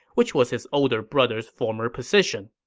which was his older brother's former position